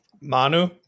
Manu